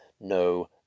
no